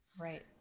right